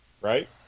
right